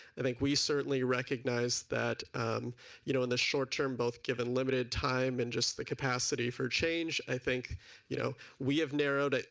i think we certainly recognize that you know in the short term both given limited time and just the capacity for change i think you know we have narrowed ah